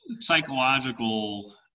psychological